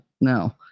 no